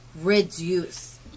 reduce